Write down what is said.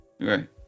Right